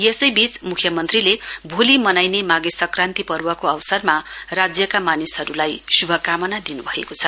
यसैबीच मुख्य मन्त्रीले भोलि मनाइने माघे संक्रान्ति पर्वको आवसरमा राज्यका मानिसहरूलाई श्भकामना दिनुभएको छ